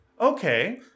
Okay